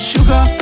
Sugar